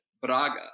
Braga